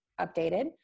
updated